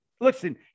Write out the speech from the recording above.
Listen